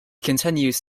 continues